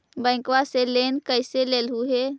बैंकवा से लेन कैसे लेलहू हे?